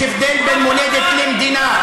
יש הבדל בין מולדת למדינה.